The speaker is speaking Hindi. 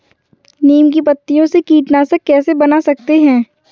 नीम की पत्तियों से कीटनाशक कैसे बना सकते हैं?